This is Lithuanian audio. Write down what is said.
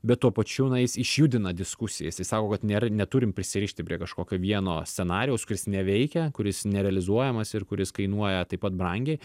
bet tuo pačiu na jis išjudina diskusiją jisai sako kad nėra neturim prisirišti prie kažkokio vieno scenarijaus kuris neveikia kuris nerealizuojamas ir kuris kainuoja taip pat brangiai